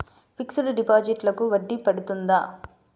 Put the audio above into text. Fixed డిపాజిట్లకు వడ్డీ పడుతుందా?